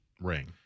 ring